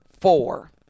four